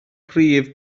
prif